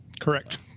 Correct